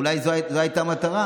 אולי זו הייתה המטרה,